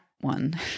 one